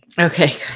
Okay